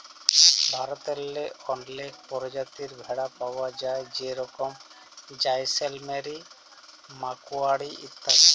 ভারতেল্লে অলেক পরজাতির ভেড়া পাউয়া যায় যেরকম জাইসেলমেরি, মাড়োয়ারি ইত্যাদি